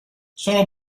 sono